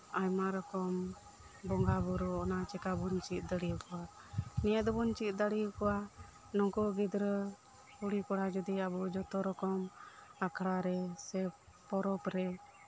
ᱟᱭᱢᱟ ᱨᱚᱠᱚᱢ ᱵᱚᱸᱜᱟ ᱵᱩᱨᱩ ᱚᱱᱟ ᱪᱮᱠᱟᱵᱚᱱ ᱪᱮᱫ ᱫᱟᱲᱮ ᱟᱠᱚᱣᱟ ᱱᱚᱶᱟ ᱫᱚᱵᱚᱱ ᱪᱮᱫ ᱫᱟᱲᱮ ᱟᱠᱚᱣᱟ ᱱᱩᱠᱩ ᱜᱤᱫᱽᱨᱟᱹ ᱠᱩᱲᱤ ᱠᱚᱲᱟ ᱡᱚᱫᱤ ᱟᱵᱚ ᱡᱚᱛᱚᱨᱚᱠᱚᱢ ᱟᱠᱷᱟᱲᱟᱨᱮ ᱥᱮ ᱯᱚᱨᱚᱵ ᱨᱮ